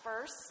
first